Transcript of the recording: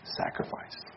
sacrifice